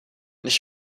nicht